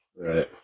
Right